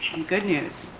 and good news.